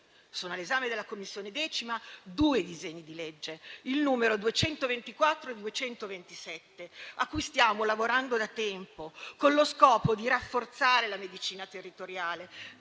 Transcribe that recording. Sono all'esame della 10a Commissione due disegni di legge, il n. 224 e il n. 227, a cui stiamo lavorando da tempo con lo scopo di rafforzare la medicina territoriale